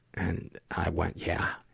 and i went, yeah!